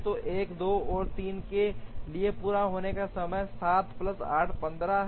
तो 1 2 और 3 के लिए पूरा होने के समय 7 प्लस 8 15 हैं